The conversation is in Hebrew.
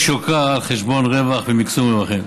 יוקרה על חשבון רווח ומקסום רווחים.